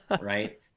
right